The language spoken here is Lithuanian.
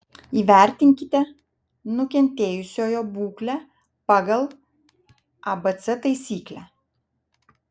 įvertinkite nukentėjusiojo būklę pagal abc taisyklę